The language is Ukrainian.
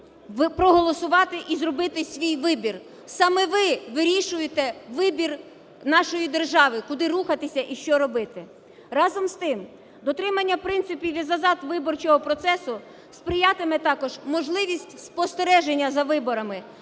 проголосувати і зробити свій вибір. Саме ви вирішуєте вибір нашої держави, куди рухатися і що робити. Разом з тим, дотриманню принципів і засад виборчого процесу сприятиме також можливість спостереження за виборами